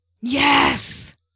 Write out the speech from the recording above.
Yes